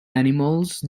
animals